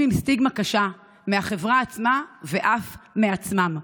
עם סטיגמה קשה מהחברה עצמה ואף מעצמם.